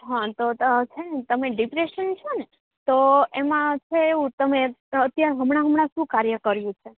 હા તો તો છે ને તમે ડિપ્રેશન છે ને તો એમાં છે એવું તમે અત્યારે હમણાં હમણાં શું કાર્ય કર્યું છે